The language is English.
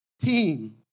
Team